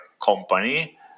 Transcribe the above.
company